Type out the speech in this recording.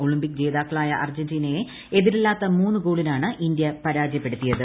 Olympic ജേതാക്കളായ അർജന്റീനയെ എതിരില്ലാത്ത മൂന്ന് ഗോളിനാണ് ഇന്ത്യ പരാജയപ്പെടുത്തിയത്